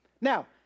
Now